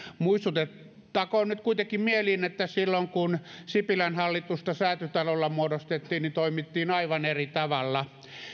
muistutettakoon nyt kuitenkin mieliin että silloin kun sipilän hallitusta säätytalolla muodostettiin niin toimittiin aivan eri tavalla